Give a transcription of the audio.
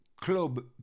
Club